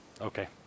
Okay